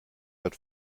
good